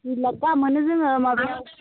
दुइ लाख गाहाम मोनो जोङो माबायाव